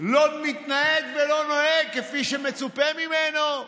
לא מתנהג ולא נוהג כפי שמצופה ממנו.